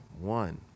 One